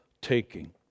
taking